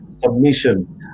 submission